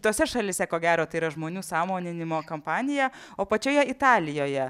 tose šalyse ko gero tai yra žmonių sąmoninimo kampanija o pačioje italijoje